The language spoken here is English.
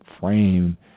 frame